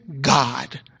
God